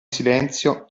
silenzio